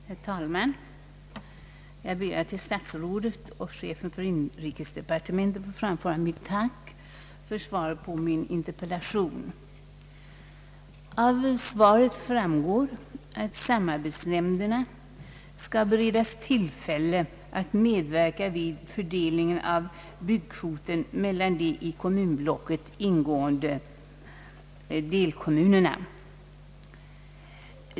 Herr talman! Jag ber att till statsrådet och chefen för inrikesdepartementet få framföra mitt tack för svaret på min interpellation. Av svaret framgår att samarbetsnämnden skall beredas tillfälle att medverka vid fördelningen av bostadsbyggnadskvoter mellan de i kommunblocket ingående delkommunerna.